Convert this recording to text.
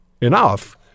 enough